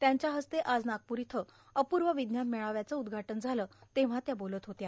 त्यांच्या हस्ते आज नागपूर इथं अपूर्व विज्ञान मेळाव्याचं उद्घाटन झालं तेव्हा त्या बोलत होत्या